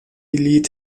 lied